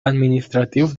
administratius